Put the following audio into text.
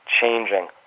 changing